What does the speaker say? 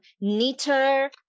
neater